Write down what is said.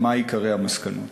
ומה הם עיקרי המסקנות?